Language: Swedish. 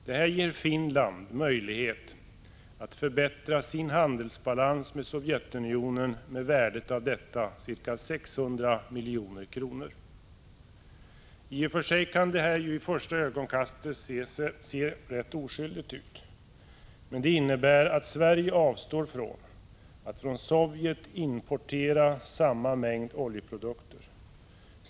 Detta ger Finland möjlighet att förbättra sin handelsbalans vad gäller Sovjetunionen med värdet av detta, ca 600 milj.kr. I och för sig kan det här vid första ögonkastet se rätt oskyldigt ut, men det innebär att Sverige avstår från att från Sovjet importera samma mängd oljeprodukter.